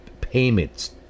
payments